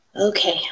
Okay